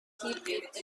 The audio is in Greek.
δείχνοντας